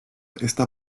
está